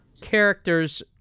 character's